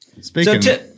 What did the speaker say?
speaking